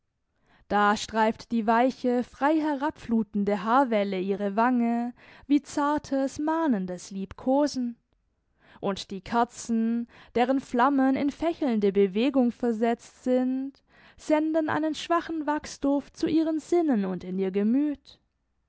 da streift die weiche frei herabflutende haarwelle ihre wange wie zartes mahnendes liebkosen und die kerzen deren flammen in fächelnde bewegung versetzt sind senden einen schwachen wachsduft zu ihren sinnen und in ihr gemüt